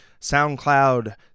SoundCloud